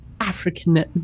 African